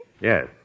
Yes